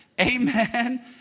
Amen